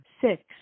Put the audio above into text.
six